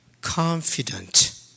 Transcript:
confident